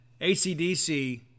ACDC